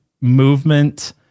movement